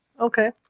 Okay